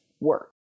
work